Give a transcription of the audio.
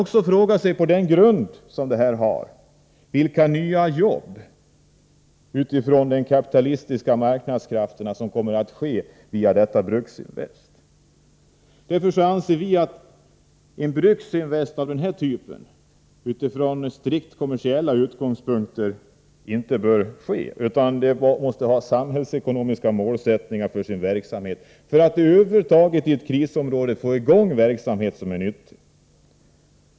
På samma grund kan man fråga sig hur många nya jobb de kapitalistiska marknadskrafterna kommer att skapa via detta Bruksinvest. Med tanke på allt detta anser vi att ett Bruksinvest av den här typen utifrån strikt kommersiella utgångspunkter inte bör komma till stånd, utan bolaget måste ha samhällsekonomiska målsättningar för sin verksamhet för att över huvud taget i ett krisområde få i gång verksamhet som är nyttig.